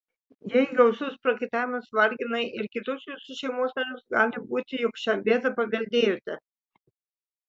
jei gausus prakaitavimas vargina ir kitus jūsų šeimos narius gali būti jog šią bėdą paveldėjote